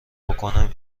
بکنم